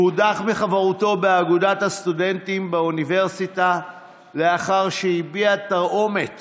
הוא הודח מחברותו באגודת הסטודנטים באוניברסיטה לאחר שהביע תרעומת